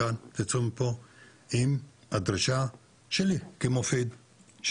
מכאן תצאו מפה עם הדרישה שלי כמופיד,